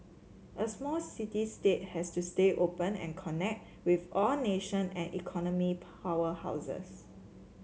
a small city state has to stay open and connect with all nation and economic powerhouses